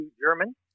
german